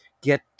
get